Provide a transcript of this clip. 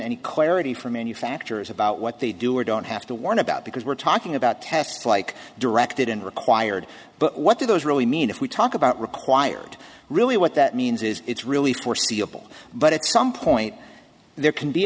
any clarity from manufacturers about what they do or don't have to warn about because we're talking about tests like directed in required but what do those really mean if we talk about required really what that means is it's really foreseeable but at some point there can be